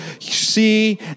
see